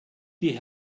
die